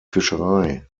fischerei